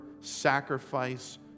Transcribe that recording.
sacrifice